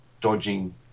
dodging